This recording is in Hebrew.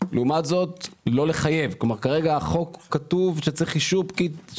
אתה חושב, כך תרחיק מדרגות.